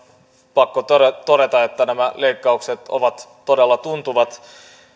pakko todeta että nämä leikkaukset ovat todella tuntuvat